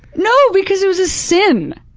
no, because it was a sin!